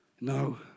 No